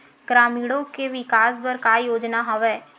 ग्रामीणों के विकास बर का योजना हवय?